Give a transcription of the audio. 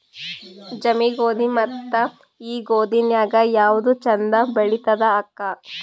ಜವಿ ಗೋಧಿ ಮತ್ತ ಈ ಗೋಧಿ ನ್ಯಾಗ ಯಾವ್ದು ಛಂದ ಬೆಳಿತದ ಅಕ್ಕಾ?